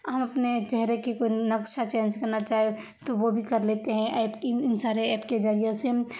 ہم اپنے چہرے کی کوئی نقشہ چینج کرنا چاہیں تو وہ بھی کر لیتے ہیں ایپ کی ان سارے ایپ کے ذریعہ سے